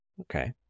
Okay